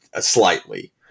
slightly